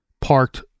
parked